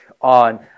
on